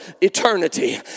eternity